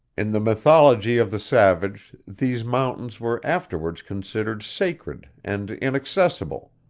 in the mythology of the savage, these mountains were afterwards considered sacred and inaccessible,